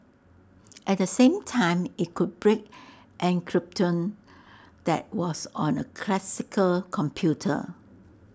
at the same time IT could break encryption that was on A classical computer